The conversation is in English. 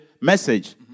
message